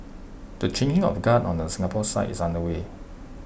the changing of guard on the Singapore side is underway